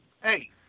Hey